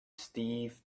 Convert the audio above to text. steve